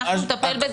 אנחנו נטפל בזה.